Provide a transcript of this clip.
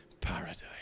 paradise